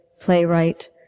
playwright